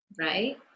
Right